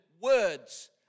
words